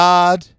God